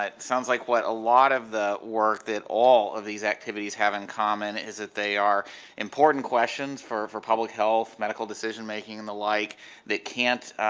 sounds like what a lot of the work that all of these activities have in common is that they are important questions for for public health medical decision making and the like that can't,